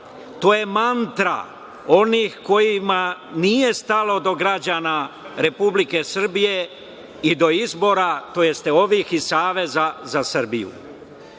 to je mantra onih kojima nije stalo do građana Republike Srbije i do izbora tj. ovih iz Saveza za Srbiju. Istu